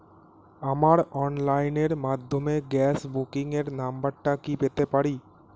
আমার অনলাইনের মাধ্যমে গ্যাস বুকিং এর নাম্বারটা কি পেতে পারি?